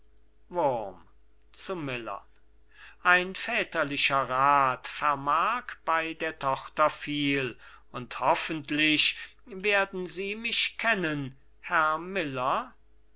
ein väterlicher rath vermag bei der tochter viel und hoffentlich werden sie mich kennen herr miller